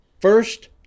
first